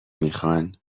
میخان